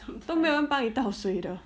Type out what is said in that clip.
都没有人帮你到水的